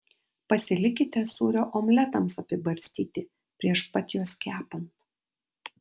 pasilikite sūrio omletams apibarstyti prieš pat juos kepant